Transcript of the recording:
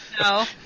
No